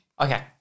Okay